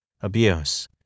Abuse